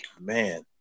man